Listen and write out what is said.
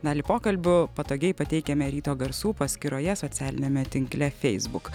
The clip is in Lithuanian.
dalį pokalbių patogiai pateikiame ryto garsų paskyroje socialiniame tinkle feisbuk